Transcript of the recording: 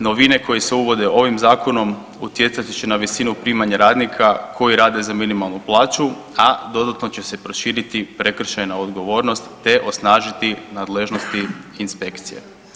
Novine koje se uvode ovim zakonom utjecati će na visinu primanja radnika koji rade za minimalnu plaću, a dodatno će se proširiti prekršajna odgovornost, te osnažiti nadležnosti inspekcije.